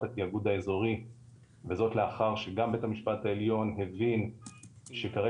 התאגוד האזורי וזאת לאחר שגם בית המשפט העליון הבין שכרגע,